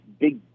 big